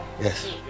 Yes